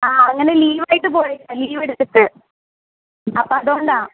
ആ അങ്ങനെ ലീവ് ആയിട്ട് പോയേക്കുവാണ് ലീവ് എടുത്തിട്ട് അപ്പം അത് കൊണ്ടാണ്